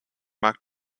mag